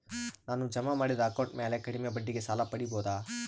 ನಾನು ಜಮಾ ಮಾಡಿದ ಅಕೌಂಟ್ ಮ್ಯಾಲೆ ಕಡಿಮೆ ಬಡ್ಡಿಗೆ ಸಾಲ ಪಡೇಬೋದಾ?